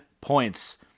points